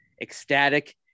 Ecstatic